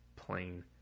Plain